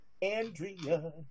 Andrea